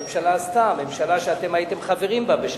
הממשלה עשתה, הממשלה שאתם הייתם חברים בה.